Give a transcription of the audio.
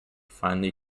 finely